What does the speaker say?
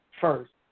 First